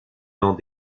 dans